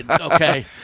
okay